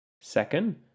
Second